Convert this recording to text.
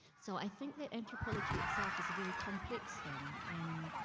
so i think that anthropology itself is a very complex thing. and,